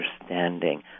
understanding